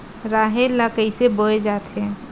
राहेर ल कइसे बोय जाथे?